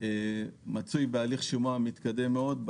מצוי בהליך שימוע מתקדם מאוד.